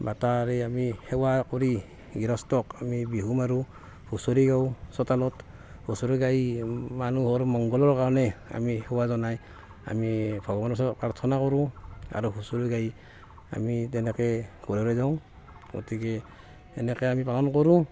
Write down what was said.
বটাৰে আমি সেৱা কৰি গৃহস্থক আমি বিহু মাৰোঁ হুঁচৰি গাওঁ চোতালত হুঁচৰি গাই মানুহৰ মংগলৰ কাৰণে আমি সেৱা জনাই আমি ভগৱানৰ ওচৰত প্ৰাৰ্থনা কৰোঁ আৰু হুঁচৰি গাই আমি তেনেকৈ ঘৰে ঘৰে যাওঁ গতিকে এনেকৈ আমি পালন কৰোঁ